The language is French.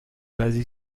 basé